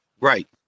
Right